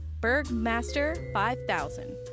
Bergmaster5000